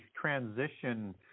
transition